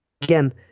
again